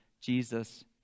Jesus